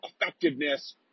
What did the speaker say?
effectiveness